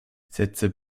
setze